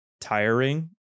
tiring